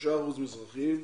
3 אחוזים מזרחיים,